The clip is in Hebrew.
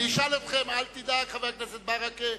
אני אשאל אתכם, אל תדאג, חבר הכנסת ברכה.